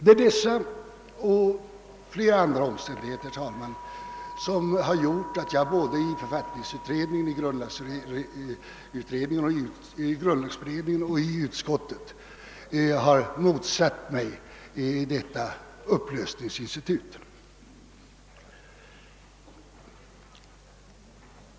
Det är denna och flera andra omständigheter, herr talman, som föranlett mig att såväl i författningsutredningen och i grundlagberedningen som i utskottet motsätta mig detta upplösningsinstitut.